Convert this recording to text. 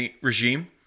regime